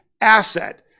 asset